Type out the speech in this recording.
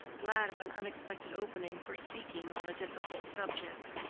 glad of an unexpected opening for speaking on a difficult subject.